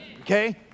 okay